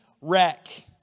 wreck